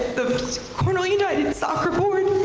the cornwall united and soccer board.